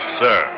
sir